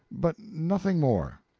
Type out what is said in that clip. but nothing more.